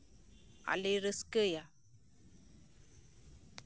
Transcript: ᱟᱨ ᱞᱮ ᱨᱟᱹᱥᱠᱟᱹᱭᱟ